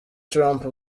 trump